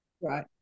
Right